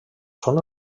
són